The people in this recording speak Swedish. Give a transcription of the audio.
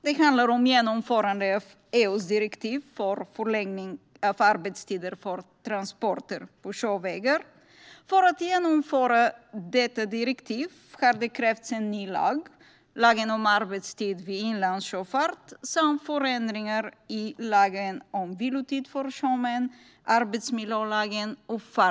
Den handlar om genomförande av EU:s direktiv om arbetstidens förläggning vid transporter på inre vattenvägar. För att genomföra detta direktiv har det krävts en ny lag, lag om arbetstid vid inlandssjöfart, och förändringar i lagen om vilotid för sjömän, arbetsmiljölagen och fartygssäkerhetslagen.